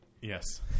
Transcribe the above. yes